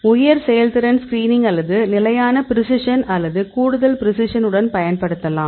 உயர் செயல்திறன் ஸ்கிரீனிங் அல்லது நிலையான பிரிசிஷன் மற்றும் கூடுதல் பிரிசிஷன் உடன் பயன்படுத்தலாம்